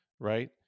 right